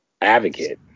advocate